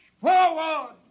forward